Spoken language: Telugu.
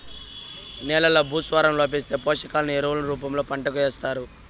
నేలల్లో భాస్వరం లోపిస్తే, పోషకాలను ఎరువుల రూపంలో పంటకు ఏస్తారు